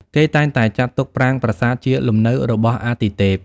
គេតែងតែចាត់ទុកប្រាង្គប្រាសាទជាលំនៅរបស់អាទិទេព។